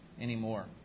anymore